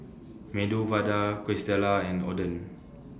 Medu Vada Quesadillas and Oden